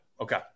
Okay